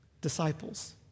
Disciples